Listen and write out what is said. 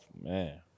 man